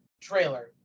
trailer